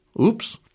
Oops